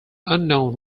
unknown